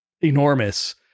enormous